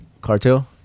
cartel